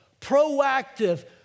proactive